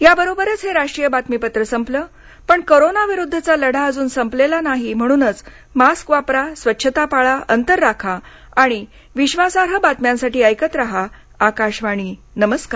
याबरोबरच हे राष्ट्रीय बातमीपत्र संपलं पण कोरोना विरुद्धचा लढा अजून संपलेला नाही म्हणूनच मास्क वापरा स्वच्छता पाळा अंतर राखा आणि विश्वासार्ह बातम्यांसाठी ऐकत रहा आकाशवाणी नमस्कार